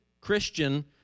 Christian